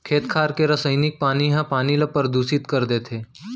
खेत खार के रसइनिक पानी ह पानी ल परदूसित कर देथे